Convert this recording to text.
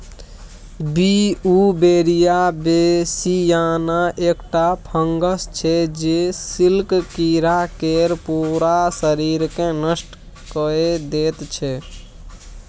Beauveria bassiana एकटा fungus छै जे सिल्क कीरा केर पुरा शरीरकेँ नष्ट कए दैत छै